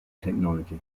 technology